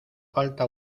falta